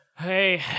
Hey